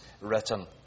written